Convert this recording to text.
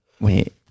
Wait